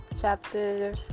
chapter